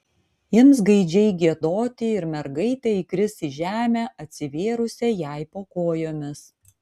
ims gaidžiai giedoti ir mergaitė įkris į žemę atsivėrusią jai po kojomis